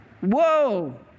Whoa